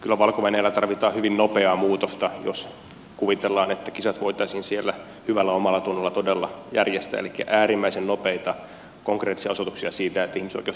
kyllä valko venäjällä tarvitaan hyvin nopeaa muutosta jos kuvitellaan että kisat voitaisiin siellä hyvällä omallatunnolla todella järjestää elikkä äärimmäisen nopeita konkreettisia osoituksia siitä että ihmisoikeustilanne siellä paranee